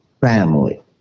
family